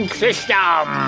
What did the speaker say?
system